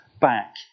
back